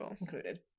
included